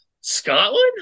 Scotland